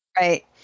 right